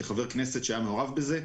כחבר כנסת שהיה מעורב בזה.